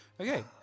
okay